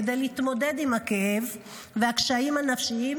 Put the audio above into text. כדי להתמודד עם הכאב והקשיים הנפשיים,